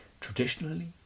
Traditionally